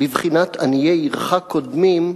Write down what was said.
בבחינת עניי עירך קודמים,